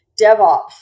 DevOps